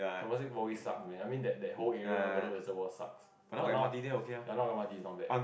Temasek poly sucks man I mean that that whole area Bedok resevoir sucks but now but now M_R_T is not bad